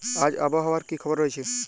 আজ আবহাওয়ার কি খবর রয়েছে?